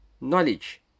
knowledge